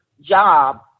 job